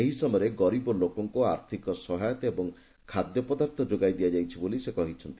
ଏହି ସମୟରେ ଗରିବ ଲୋକମାନଙ୍କୁ ଆର୍ଥିକ ସହାୟତା ଓ ଖାଦ୍ୟ ପଦାର୍ଥ ଯୋଗାଇ ଦିଆଯାଇଛି ବୋଲି ସେ କହିଚ୍ଚନ୍ତି